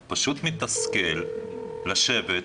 לשבת,